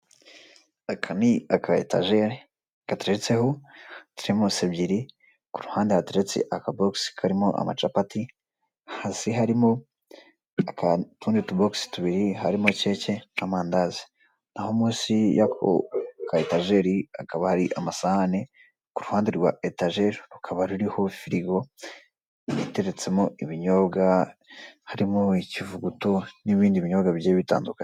Aka ni aka etajeri gateretseho teremusi ebyiri, kuruhande hateretse aka bogisi karimo amacapati hasi harimo utundi tu bogisi tubiri harimo keke n'amandazi, naho munsi yako ka etajeri hakaba hari amasahani kuruhande rwa etajeri rukaba ruriho firigo, iteretsemo ibinyobwa harimo ikivuguto n'ibindi binyobwa bigiye bitandukanye.